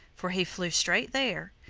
for he flew straight there.